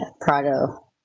Prado